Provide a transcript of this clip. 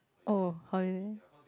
oh holiday